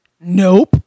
Nope